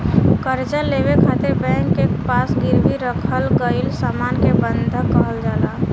कर्जा लेवे खातिर बैंक के पास गिरवी रखल गईल सामान के बंधक कहल जाला